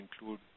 include